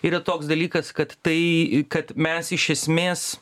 yra toks dalykas kad tai kad mes iš esmės